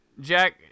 jack